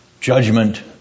judgment